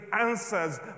answers